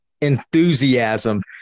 enthusiasm